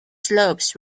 slopes